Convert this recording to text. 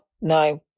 no